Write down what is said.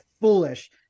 foolish